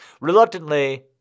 Reluctantly